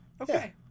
okay